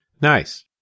Nice